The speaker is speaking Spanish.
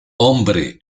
hombre